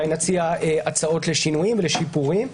אולי נציג הצעות לשינויים ולשיפורים.